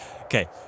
Okay